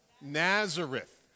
Nazareth